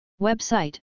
Website